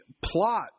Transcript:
plot